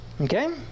okay